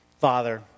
Father